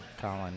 Colin